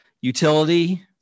utility